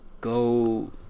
go